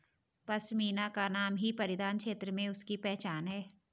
पशमीना का नाम ही परिधान क्षेत्र में उसकी पहचान है